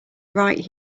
right